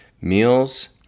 meals